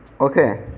Okay